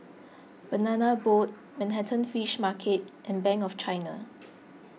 Banana Boat Manhattan Fish Market and Bank of China